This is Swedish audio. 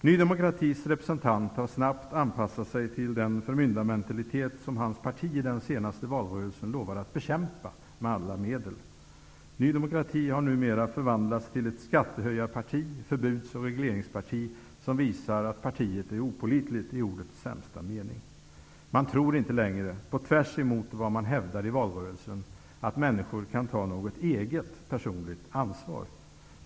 Ny demokratis representant har snabbt anpassat sig till den förmyndarmentalitet som hans parti i den senaste valrörelsen lovade att med alla medel bekämpa. Ny demokrati har numera förvandlats till ett skattehöjar-, förbuds och regleringsparti. Det visar att partiet är opålitligt, i ordets sämsta mening. Man tror inte längre -- tvärtemot vad man hävdade i valrörelsen -- att människor kan ta något eget personligt ansvar.